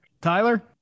tyler